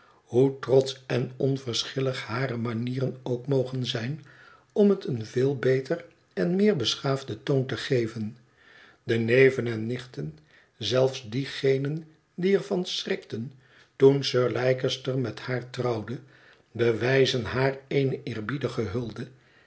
hoe trotsch en onverschillig hare manieren ook mogen zijn om het een veel beter en meer beschaafden toon te geven de neven en nichten zelfs diegenen die er van schrikten toen sir leicester met haar trouwde bewijzen haar eene eerbiedige hulde